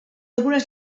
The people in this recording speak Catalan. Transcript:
algunes